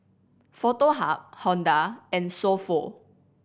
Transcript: Foto Hub Honda and So Pho